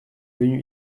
venu